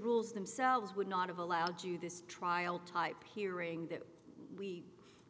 rules themselves would not have allowed to this trial type hearing that we